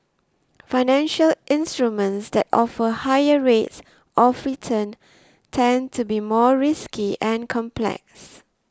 financial instruments that offer higher rates of return tend to be more risky and complex